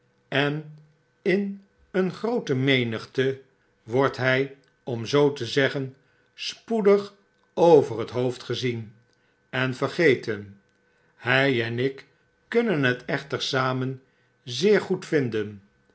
en in een groote menigte wordt hij om zoo te zeggen spoedig over t hoofd gezien en vergeten hi en ik kunnen het echter samen